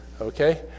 Okay